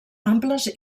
amples